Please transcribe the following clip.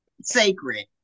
sacred